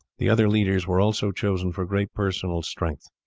the other leaders were also chosen for great personal strength.